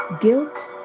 guilt